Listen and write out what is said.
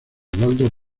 osvaldo